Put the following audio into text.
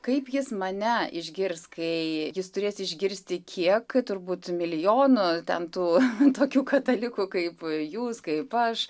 kaip jis mane išgirs kai jis turės išgirsti kiek turbūt milijonų ten tų tokių katalikų kaip jūs kaip aš